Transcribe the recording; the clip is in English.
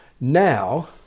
Now